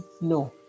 no